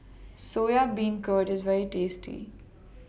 Soya Beancurd IS very tasty